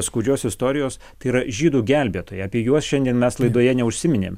skaudžios istorijos tai yra žydų gelbėtojai apie juos šiandien mes laidoje neužsiminėm